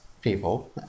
people